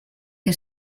que